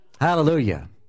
Hallelujah